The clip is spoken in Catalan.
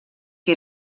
que